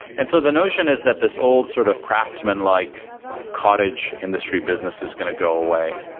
and so the notion is that this old sort of craftsman-like cottage industry business is going to go away.